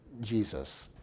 Jesus